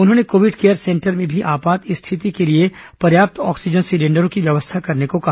उन्होंने covid care centres में भी आपात स्थिति के लिए पर्याप्त ऑक्सीजन सिलेंडरों की व्यवस्था करने को कहा